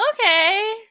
okay